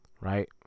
right